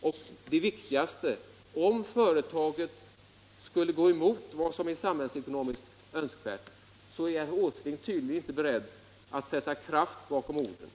Och — vad värre är — om företaget skulle gå emot vad som är samhällsekonomiskt önskvärt är han tyvärr inte beredd att göra något konkret för att hindra detta.